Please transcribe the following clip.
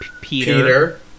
Peter